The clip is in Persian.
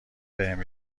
بهم